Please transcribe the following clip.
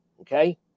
okay